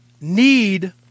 need